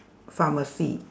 pharmacy